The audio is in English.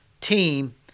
team